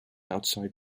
outside